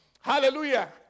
Hallelujah